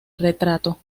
retrato